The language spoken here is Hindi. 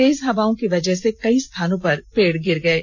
तेज हवाओं की वजह से कई स्थानों पर पेड़ गिर गये